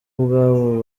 ubwabo